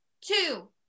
two